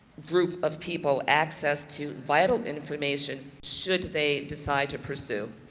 group of people access to vital information should they decide to pursue.